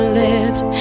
lips